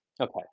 Okay